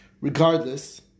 regardless